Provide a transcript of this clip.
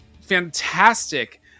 fantastic